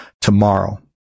tomorrow